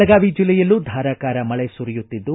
ಬೆಳಗಾವಿ ಜೆಲ್ಲೆಯಲ್ಲೂ ಧಾರಾಕಾರ ಮಳೆ ಸುರಿಯುತ್ತಿದ್ದು